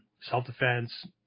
Self-defense